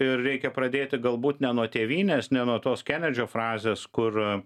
ir reikia pradėti galbūt ne nuo tėvynės ne nuo tos kenedžio frazės kur